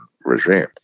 regime